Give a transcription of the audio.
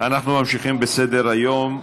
אנחנו ממשיכים בסדר-היום,